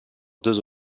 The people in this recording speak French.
deux